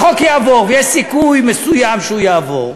אם החוק יעבור, ויש סיכוי מסוים שהוא יעבור,